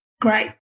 Great